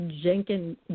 Jenkins